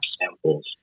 samples